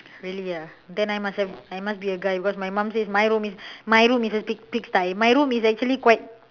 really ah then I must have I must be a guy because my mom says my room my room is a pig pig sty my room is actually quite